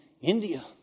India